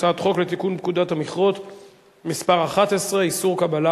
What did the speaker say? הצעת חוק לתיקון פקודת המכרות (מס' 11) (איסור קבלה